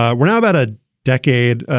ah we're now about a decade,